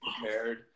prepared